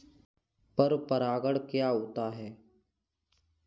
पर परागण क्या होता है?